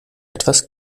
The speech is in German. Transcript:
etwas